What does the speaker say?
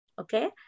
Okay